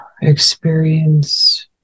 experience